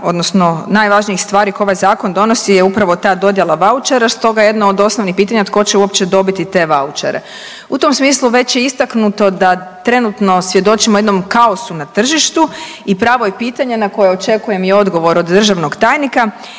odnosno najvažnijih stvari koje ovaj zakon donosi je upravo ta dodjela vaučera stoga je jedno od osnovnih pitanja tko će uopće dobiti te vaučere. U tom smislu već je istaknuto da trenutno svjedočimo jednom kaosu na tržištu i pravo je pitanje na koje očekujem i odgovor od državnog tajnika